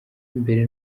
imbere